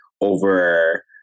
over